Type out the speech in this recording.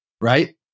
right